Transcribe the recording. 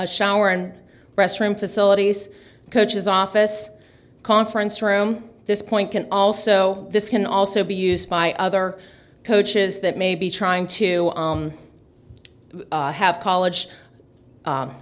shower and restroom facilities coaches office conference room this point can also this can also be used by other coaches that may be trying to have college